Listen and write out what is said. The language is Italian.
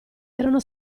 erano